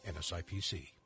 NSIPC